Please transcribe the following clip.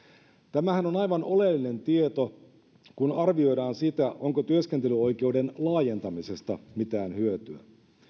tämähän on aivan oleellinen tieto kun arvioidaan sitä onko työskentelyoikeuden laajentamisesta mitään hyötyä